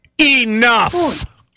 enough